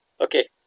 Okay